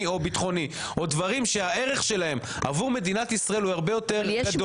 או ביטחוני או דברים שהערך שלהם עבור מדינת ישראל הוא הרבה יותר גדול